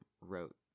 wrote